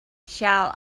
shall